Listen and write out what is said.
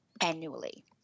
annually